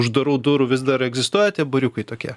uždarų durų vis dar egzistuoja tie bariukai tokie